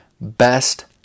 best